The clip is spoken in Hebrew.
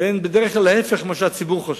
והן בדרך כלל ההיפך ממה שהציבור חושב.